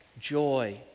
joy